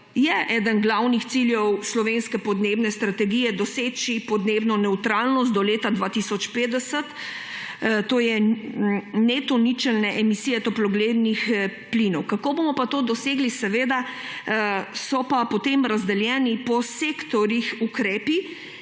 je eden glavnih ciljev slovenske podnebne strategije doseči podnebno nevtralnost do leta 2050, to je neto ničelne emisije toplogrednih plinov. Kako bomo pa to dosegli, so pa potem razdeljeni po sektorjih ukrepi,